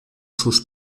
sus